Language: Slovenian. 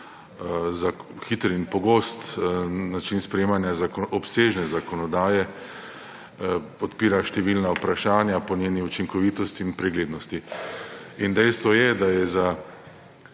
hiter in pogost način sprejemanja obsežne zakonodaje odpira številna vprašanja po njeni učinkovitosti in preglednosti. Dejstvo je, da je